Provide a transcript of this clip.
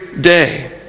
day